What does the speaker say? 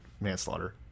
manslaughter